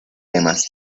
demás